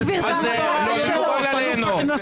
זה מובן מאליו.